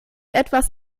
etwas